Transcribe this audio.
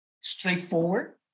straightforward